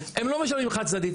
הם לא משלמים חד צדדית.